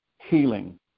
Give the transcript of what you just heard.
healing